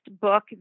book